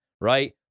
right